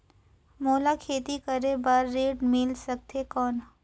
मोला खेती करे बार ऋण मिल सकथे कौन?